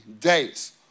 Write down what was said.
days